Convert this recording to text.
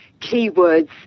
keywords